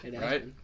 Right